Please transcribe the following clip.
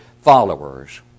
followers